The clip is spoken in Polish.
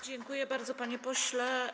Dziękuję bardzo, panie pośle.